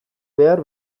behar